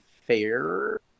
fair